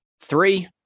Three